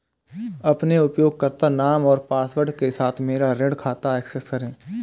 अपने उपयोगकर्ता नाम और पासवर्ड के साथ मेरा ऋण खाता एक्सेस करें